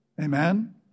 Amen